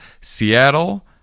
Seattle